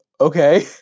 okay